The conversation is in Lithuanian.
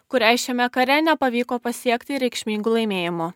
kuriai šiame kare nepavyko pasiekti reikšmingų laimėjimų